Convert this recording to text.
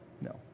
no